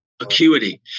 acuity